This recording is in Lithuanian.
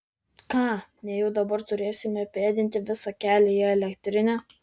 ką nejau dabar turėsime pėdinti visą kelią į elektrinę